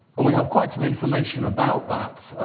and we have quite some information about that,